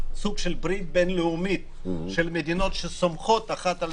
סוג של ברית בין לאומית של מדינות שסומכות אחת על